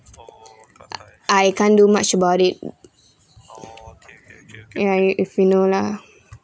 I can't do much about it ya if you know lah